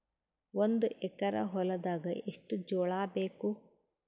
ಒಂದು ಎಕರ ಹೊಲದಾಗ ಎಷ್ಟು ಜೋಳಾಬೇಕು?